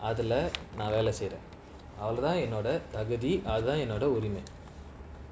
அதுலநான்வேலசெய்றேன்அவ்ளோதான்என்னோடதகுதிஅதுதான்என்னோடஉரிமை:adhula nan vela seiren avlodhan ennoda thaguthi adhuthan ennoda urimai